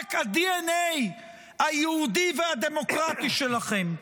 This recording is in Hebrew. נדפק הדנ"א היהודי והדמוקרטי שלכם?